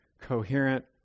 coherent